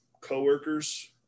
coworkers